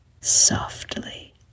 softly